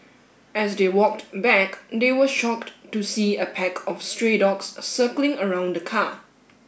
as they walked back they were shocked to see a pack of stray dogs circling around the car